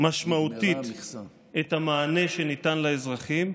משמעותית את המענה שניתן לאזרחים.